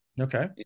Okay